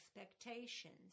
expectations